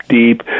deep